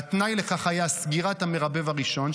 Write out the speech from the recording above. והתנאי לכך היה סגירת המרבב הראשון,